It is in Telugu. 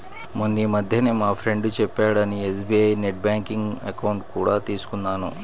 మొన్నీమధ్యనే మా ఫ్రెండు చెప్పాడని ఎస్.బీ.ఐ నెట్ బ్యాంకింగ్ అకౌంట్ కూడా తీసుకున్నాను